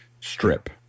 strip